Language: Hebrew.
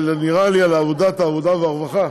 אבל נראה לי ועדת העבודה והרווחה.